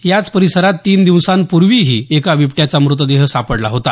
याच परिसरात तीन दिवसांपूर्वीही एका बिबट्याचा मृतदेह सापडला होता